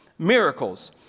Miracles